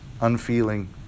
unfeeling